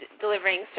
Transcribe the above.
delivering